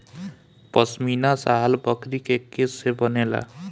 पश्मीना शाल बकरी के केश से बनेला